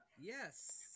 yes